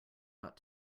ought